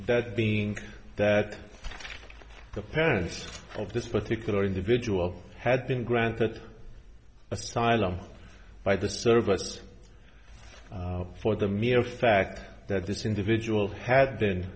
that being that the parents of this particular individual had been granted asylum by the services for the mere fact that this individual had been